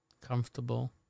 comfortable